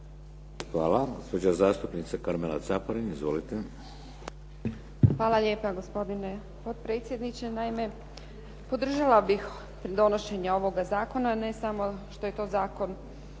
Hvala. Gospođa zastupnica Karmela Caparin. Izvolite. **Caparin, Karmela (HDZ)** Hvala lijepa gospodine potpredsjedniče. Naime, podržavala bih donošenje ovoga zakona, ne samo što je to zakon